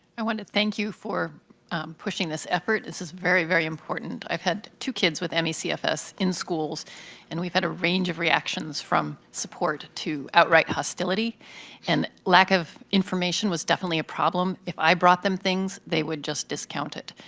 i wanted to thank you for pushing this effort. this is very, very important. i've had two kids with me cfs in schools and we've had a range of reactions from support to outright hostility and lack of information was definitely a problem. if i brought them things, they would just discount it.